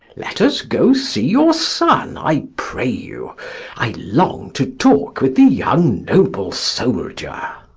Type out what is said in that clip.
let us go see your son, i pray you i long to talk with the young noble soldier.